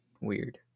weird